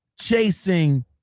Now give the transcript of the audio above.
Chasing